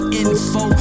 info